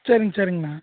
சரிங் சரிங்ண்ணா